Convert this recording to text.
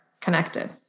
connected